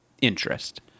interest